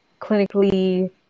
clinically